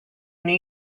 new